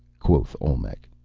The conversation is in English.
quoth olmec.